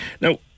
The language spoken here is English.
Now